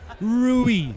Rui